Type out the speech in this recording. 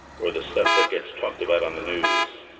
or the stuff that gets talked about on the news.